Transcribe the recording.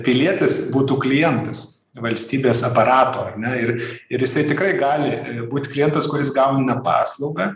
pilietis būtų klientas valstybės aparato ar ne ir ir jisai tikrai gali būti klientas kuris gauna paslaugą